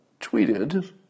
tweeted